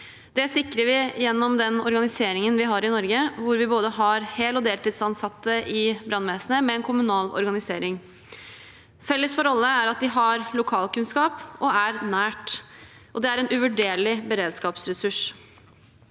Det sikrer vi gjennom den organiseringen vi har i Norge, hvor vi har både hel- og deltidsansatte i brannvesenet med en kommunal organisering. Felles for alle er at de har lokalkunnskap og er nære. Det er en uvurderlig beredskapsressurs.